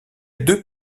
deux